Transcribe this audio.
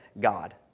God